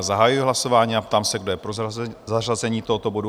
Zahajuji hlasování a ptám se, kdo je pro zařazení tohoto bodu?